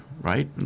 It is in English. right